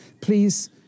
please